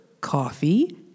coffee